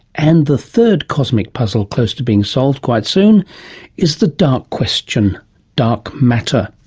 and the third cosmic puzzle close to being solved quite soon is the dark question dark matter.